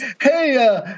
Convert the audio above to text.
hey